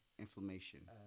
Inflammation